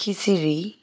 খিচিৰি